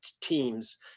teams